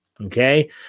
Okay